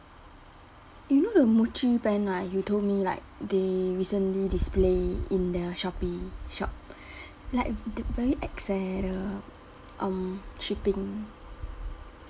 you know the muji brand right you told me like they recently display in their shopee shop like the very ex eh the um shipping